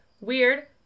weird